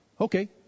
Okay